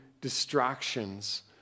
distractions